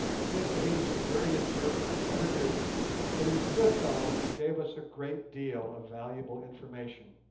i think that he was the dirtiest german i ever knew but he was a good fellow, and gave us a great deal of valuable information.